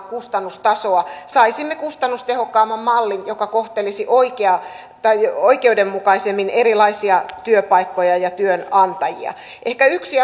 kustannustasoa saisimme kustannustehokkaamman mallin joka kohtelisi oikeudenmukaisemmin erilaisia työpaikkoja ja työnantajia yksi